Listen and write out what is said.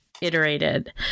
iterated